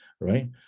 right